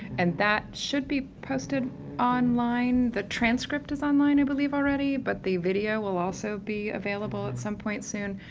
and that should be posted online, the transcript is online, i believe already, but the video will also be available at some point soon.